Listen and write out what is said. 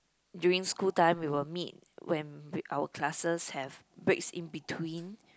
during school time we will meet when w~ our classes have breaks in between